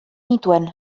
nituen